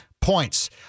points